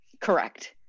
correct